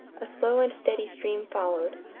a slow and steady stream followed.